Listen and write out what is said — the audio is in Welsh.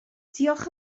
diolch